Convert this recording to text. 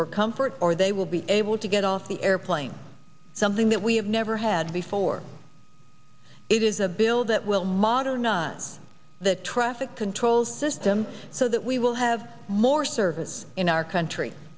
for comfort or they will be able to get off the airplane something that we have never had before it is a bill that will modernize the traffic control system so that we will have more services in our country